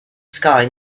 sky